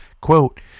Quote